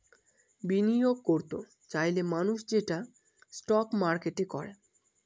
বিনিয়োগ করত চাইলে মানুষ সেটা স্টক মার্কেটে করে